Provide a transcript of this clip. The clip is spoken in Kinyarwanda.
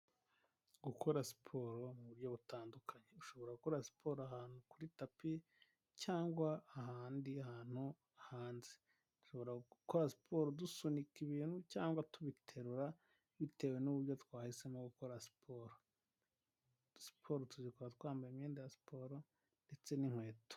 Gukora siporo mu buryo butandukanye, ushobora gukora siporo ahantu kuri tapi cyangwa ahandi hantu hanze, dushobora gukora siporo dusunika ibintu cyangwa tubiterura bitewe n'uburyo twahisemo gukora siporo. Siporo tuzikora twambaye imyenda ya siporo ndetse n'inkweto.